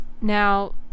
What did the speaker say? Now